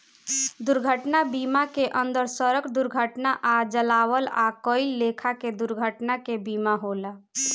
दुर्घटना बीमा के अंदर सड़क दुर्घटना आ जलावल आ कई लेखा के दुर्घटना के बीमा होला